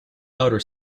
outer